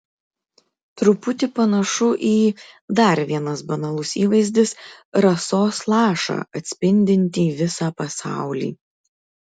truputį panašu į dar vienas banalus įvaizdis rasos lašą atspindintį visą pasaulį